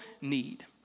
need